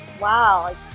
wow